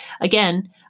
again